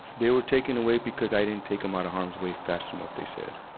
they were taken away because i didn't take em out of harm's way fast enough, they said.